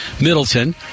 Middleton